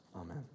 Amen